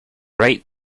right